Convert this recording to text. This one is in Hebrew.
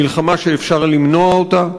מלחמה שאפשר למנוע אותה,